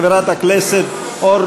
כנוסח הוועדה: בעד,